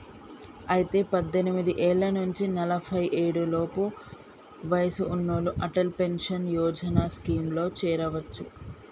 అయితే పద్దెనిమిది ఏళ్ల నుంచి నలఫై ఏడు లోపు వయసు ఉన్నోళ్లు అటల్ పెన్షన్ యోజన స్కీమ్ లో చేరొచ్చు